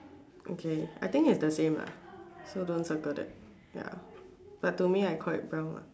okay I think it's the same lah so don't circle that ya but to me I call it brown lah